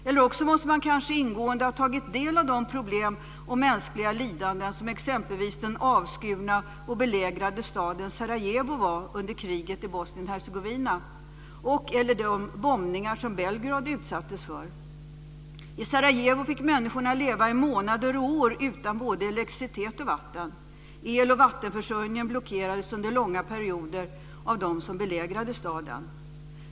Eller också måste man kanske ingående ha tagit del av de problem och mänskliga lidanden som drabbade exempelvis den avskurna och belägrade staden Sarajevo under kriget i Bosnien-Hercegovina och/eller de bombningar som Belgrad utsattes för. I Sarajevo fick människorna leva i månader och år utan både elektricitet och vatten. Eloch vattenförsörjningen blockerades under långa perioder av dem som belägrade staden.